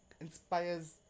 inspires